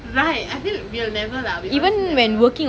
right I feel we will never lah we honestly never